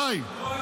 די.